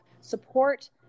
support